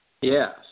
yes